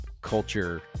culture